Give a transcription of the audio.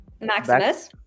Maximus